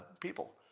people